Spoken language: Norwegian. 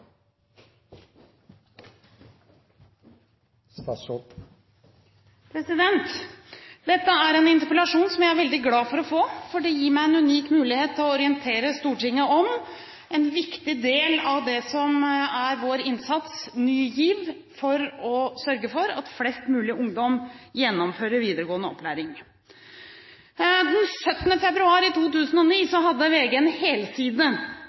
ungdommene? Dette er en interpellasjon som jeg er veldig glad for å få, for det gir meg en unik mulighet til å orientere Stortinget om en viktig del av det som er vår innsats, Ny GIV, for å sørge for at flest mulig ungdommer gjennomfører videregående opplæring. Den 17. februar i 2009 hadde VG en